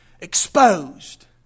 exposed